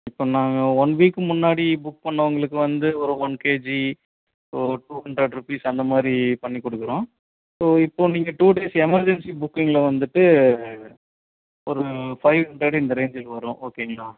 இப்போ நாங்கள் one week முன்னாடி புக் பண்ணவங்களுக்கு வந்து ஒரு one KG so two hundred rupees அந்தமாதிரி பண்ணி கொடுக்குறோம் ஸோ இப்போது நீங்கள் டூ டேஸ் எமர்ஜென்சி புக்கிங்கில் வந்துட்டு ஒரு ஃபைவ் ஹண்ரட் இந்த ரேஞ்சுக்கு வரும் ஓகேங்களா